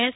S